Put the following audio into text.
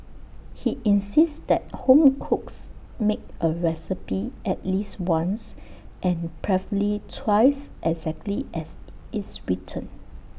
he insists that home cooks make A recipe at least once and preferably twice exactly as IT is written